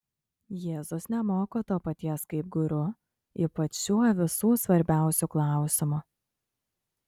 jėzus nemoko to paties kaip guru ypač šiuo visų svarbiausiu klausimu